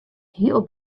heel